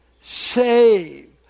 Save